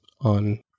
on